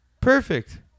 Perfect